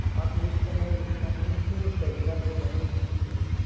hotlist ह electronic तरीका ले बने सूची होथे